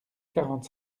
quarante